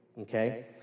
Okay